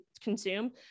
consume